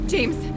James